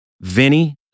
Vinny